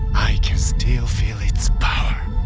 i can still feel its power.